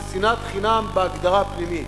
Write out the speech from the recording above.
זה שנאת חינם בהגדרה הפנימית.